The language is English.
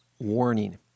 warning